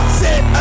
sit